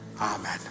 Amen